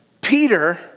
Peter